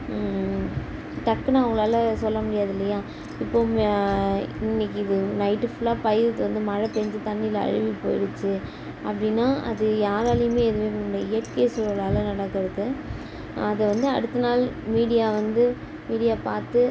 டக்குன்னு அவங்களால சொல்ல முடியாது இல்லையா இப்போது இன்னைக்கி இது நைட் ஃபுல்லா பயிர்து வந்து மழை பெஞ்சி தண்ணியில அழுகி போய்டுச்சி அப்படினா அது யாராலையுமே எதுவுமே பண்ண முடியாது இயற்கை சூழலால் நடக்கிறது அதை வந்து அடுத்த நாள் மீடியா வந்து மீடியா பார்த்து